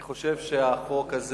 אני חושב שהחוק הזה